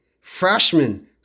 Freshman